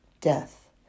death